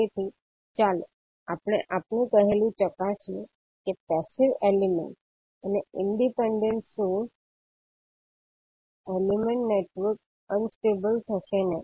તેથી ચાલો આપણે આપણું કહેલુ ચકાસીએ કે પેસીવ એલિમેન્ટસ અને independent source elements network unstable થશે નહીં